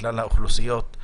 לכלל האוכלוסיות,